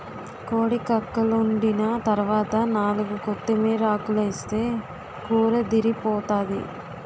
కోడి కక్కలోండిన తరవాత నాలుగు కొత్తిమీరాకులేస్తే కూరదిరిపోతాది